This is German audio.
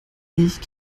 ich